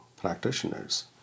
practitioners